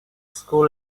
school